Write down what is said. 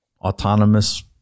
autonomous